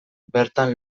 bertan